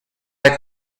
like